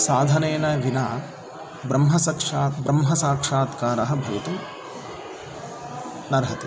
साधनेन विना ब्रह्मसाक्षात्कारः भवितुं नार्हति